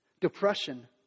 depression